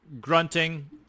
grunting